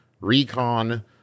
recon